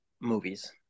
movies